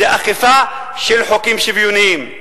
זה אכיפה של חוקים שוויוניים.